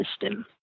system